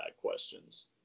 questions